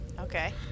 okay